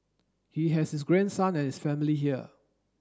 he has his grandson and his family here